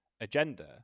agenda